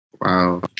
Wow